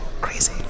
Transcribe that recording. Crazy